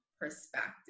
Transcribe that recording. perspective